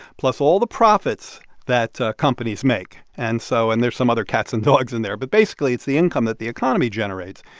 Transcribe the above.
plus all the profits that companies make and so and there's some other cats and dogs in there. but basically it's the income that the economy generates.